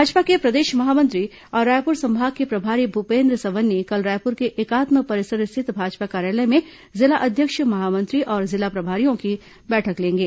भाजपा के प्रदेश महामंत्री और रायपुर संभाग के प्रभारी भूपेन्द्र सवन्नी कल रायपुर के एकात्म परिसर स्थित भाजपा कार्यालय में जिला अध्यक्ष महामंत्री और जिला प्रभारियों की बैठक लेंगे